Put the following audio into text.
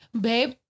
babe